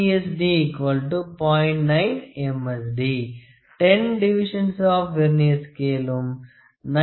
D 10 divisions of Vernier Scale V